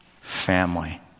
family